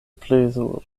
plezuro